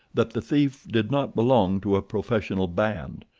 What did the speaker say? that the thief did not belong to a professional band.